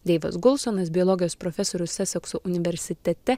deivas gulsonas biologijos profesorius sasekso universitete